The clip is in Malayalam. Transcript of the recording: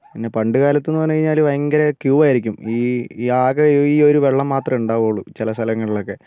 പിന്നെ പണ്ടുകാലത്ത് എന്ന് പറഞ്ഞു പറഞ്ഞാൽ ഭയക്കര ക്യൂ ആയിരിക്കും ഈ ആകെ ഈ ഒരു വെള്ളം മാത്രമേ ഉണ്ടാവുള്ളൂ ചില സ്ഥലങ്ങളിലൊക്കെ